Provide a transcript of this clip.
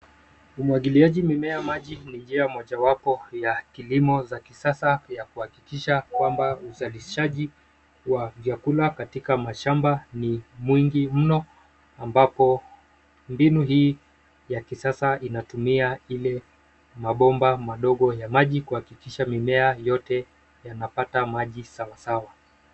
Umwagiliaji mimea maji ni njia mojawapo ya kilimo za kisasa ya kuhakikisha kwamba uzalishaji wa vyakula katika mashamba ni mwingi mno, ambapo mbinu hii ya kisasa inatumia ile mabomba madogo ya maji kuhakikisha mimea yote yanapata maji sawasawa.